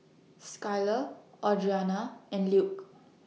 Skyler Audrianna and Luke